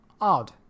odd